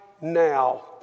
now